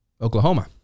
Oklahoma